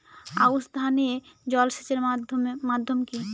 আউশ ধান এ জলসেচের মাধ্যম কি?